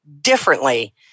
differently